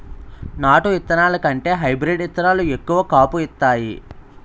నాటు ఇత్తనాల కంటే హైబ్రీడ్ ఇత్తనాలు ఎక్కువ కాపు ఇత్తాయి